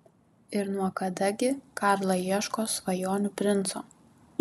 ir nuo kada gi karla ieško svajonių princo